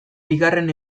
bigarren